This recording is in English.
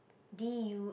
D U